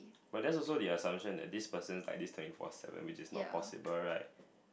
but that's also the assumption that this person's like this twenty four seven which is not possible right